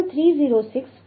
306P હશે